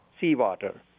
seawater